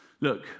Look